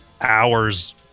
hours